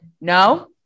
No